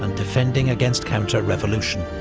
and defending against counter revolution.